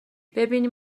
ببینیم